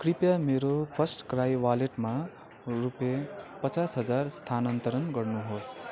कृपया मेरो फर्स्टक्राई वालेटमा रुपियाँ पचास हजार स्थानान्तरण गर्नुहोस्